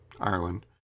Ireland